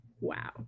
wow